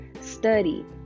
study